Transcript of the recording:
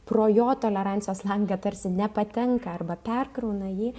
pro jo tolerancijos langą tarsi nepatenka arba perkrauna jį